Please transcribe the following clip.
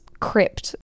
crypt